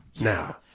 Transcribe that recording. Now